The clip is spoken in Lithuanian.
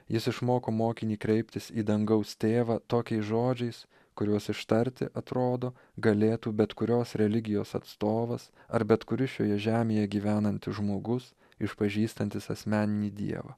jis išmoko mokinį kreiptis į dangaus tėvą tokiais žodžiais kuriuos ištarti atrodo galėtų bet kurios religijos atstovas ar bet kuris šioje žemėje gyvenantis žmogus išpažįstantis asmeninį dievą